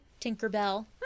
Tinkerbell